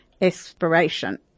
expiration